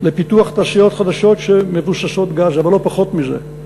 לפיתוח תעשיות חדשות מבוססות-גז, אבל לא פחות מזה,